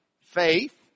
faith